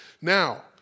Now